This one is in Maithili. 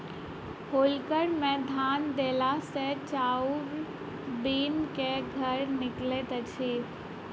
हौलर मे धान देला सॅ चाउर बनि क बाहर निकलैत अछि